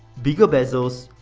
bigger bezels,